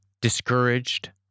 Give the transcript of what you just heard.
discouraged